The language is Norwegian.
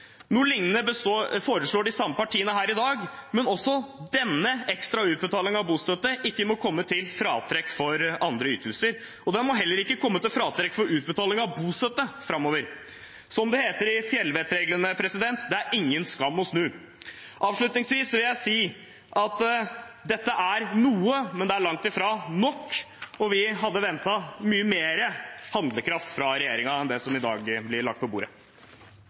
Noe lignende foreslår de samme partiene i dag – at også denne ekstra utbetalingen av bostøtte ikke må komme til fratrekk i andre ytelser, og den må heller ikke komme til fratrekk i utbetaling av bostøtte framover. Som det heter i fjellvettreglene: Det er ingen skam å snu. Avslutningsvis vil jeg si at dette er noe, men det er langt ifra nok, og vi hadde ventet mye mer handlekraft fra regjeringen enn det som i dag blir lagt på bordet.